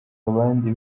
abandi